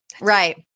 Right